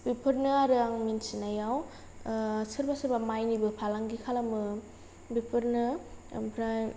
बेफोरनो आरो आं मिथिनायाव सोरबा सोरबा मायनिबो फालांगि खालामो बेफोरनो ओमफ्राय